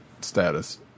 status